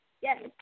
yes